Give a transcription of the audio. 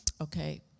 Okay